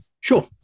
Sure